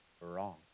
Wrong